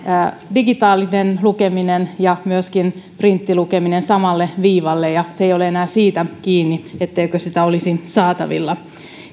digitaalinen lukeminen ja myöskin printtilukeminen samalle viivalle ja se ei ole enää siitä kiinni etteikö sitä olisi saatavilla